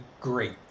great